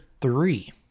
three